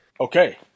Okay